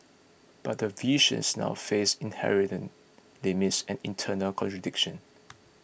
but the visions now faces inherent limits and internal contradiction